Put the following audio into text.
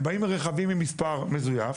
הם באים ברכבים עם מספר מזויף,